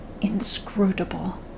inscrutable